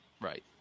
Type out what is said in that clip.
right